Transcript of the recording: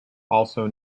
also